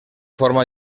forma